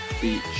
beach